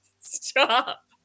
stop